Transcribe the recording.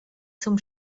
zum